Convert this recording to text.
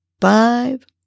five